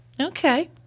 Okay